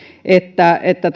se että